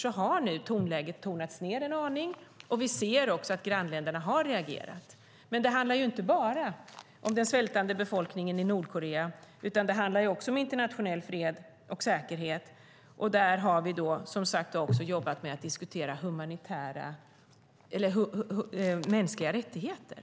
Tonläget har nu tonats ned en aning, och vi ser också att grannländerna har reagerat. Men det handlar inte bara om den svältande befolkningen i Nordkorea, utan det handlar också om internationell fred och säkerhet. Där har vi, som sagt, också diskuterat mänskliga rättigheter.